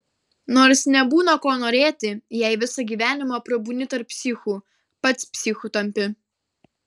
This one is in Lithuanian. nors nebūna ko norėti jei visą gyvenimą prabūni tarp psichų pats psichu tampi